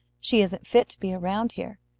she isn't fit to be around here.